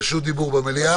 רשות דיבור במליאה.